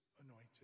anointed